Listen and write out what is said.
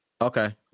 okay